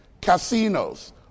casinos